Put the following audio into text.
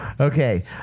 Okay